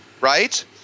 right